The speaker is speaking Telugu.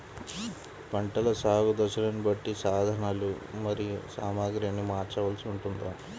పంటల సాగు దశలను బట్టి సాధనలు మరియు సామాగ్రిని మార్చవలసి ఉంటుందా?